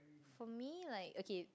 for me like okay